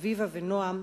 אביבה ונועם,